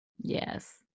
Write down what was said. Yes